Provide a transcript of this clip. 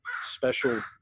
special